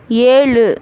ஏழு